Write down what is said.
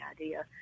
idea